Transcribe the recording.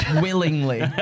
willingly